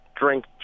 drink